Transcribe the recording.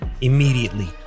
Immediately